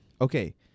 Okay